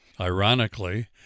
Ironically